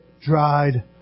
dried